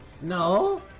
No